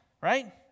Right